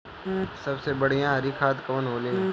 सबसे बढ़िया हरी खाद कवन होले?